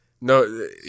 no